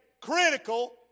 critical